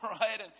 right